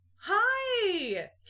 Hi